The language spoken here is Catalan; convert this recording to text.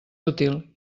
útil